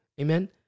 Amen